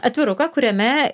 atviruką kuriame